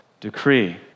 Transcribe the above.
decree